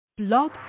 Blog